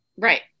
right